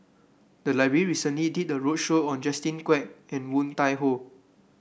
the library recently did a roadshow on Justin Quek and Woon Tai Ho